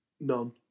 None